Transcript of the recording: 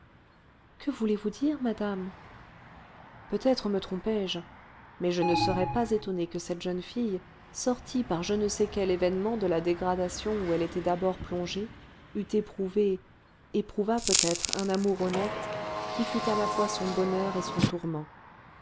que voulez-vous dire madame peut-être me trompé je mais je ne serais pas étonnée que cette jeune fille sortie par je ne sais quel événement de la dégradation où elle était d'abord plongée eût éprouvé éprouvât peut-être un amour honnête qui fût à la fois son bonheur et son tourment